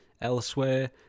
elsewhere